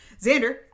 Xander